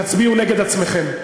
תצביעו נגד עצמכם.